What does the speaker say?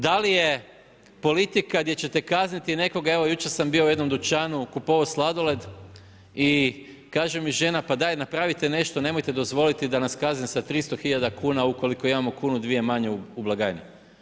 Da li je politika gdje ćete kazniti nekoga, evo jučer sam bio u jednom dućanu, kupovao sladoled i kaže mi žena pa daj napravite nešto, nemojte dozvoliti da nas kazne sa 300 hiljada kuna ukoliko imamo kunu, dvije manje u blagajni.